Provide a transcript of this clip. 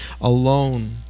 alone